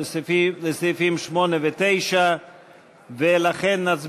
8 לסעיף 7: בעד, 51, נגד, 64, אין נמנעים.